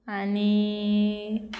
आनी